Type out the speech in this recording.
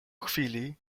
chwili